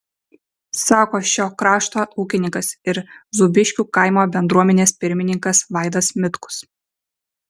sako šio krašto ūkininkas ir zūbiškių kaimo bendruomenės pirmininkas vaidas mitkus